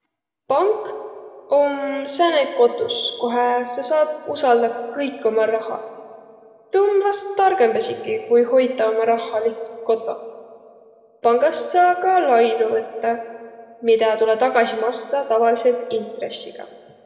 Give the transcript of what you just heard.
Pank om sääne kotus, kohe sa saat usaldaq kõik oma rahaq. Tuu om vast targõmb esiki, ku hoitaq umma rahha lihtsalt kotoh. Pangast saa ka lainu võttaq, midä tulõ tagasi massaq tavaliselt intressiga.